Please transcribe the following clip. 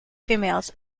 females